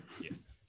Yes